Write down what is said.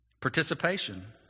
participation